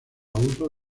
uso